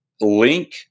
link